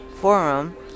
forum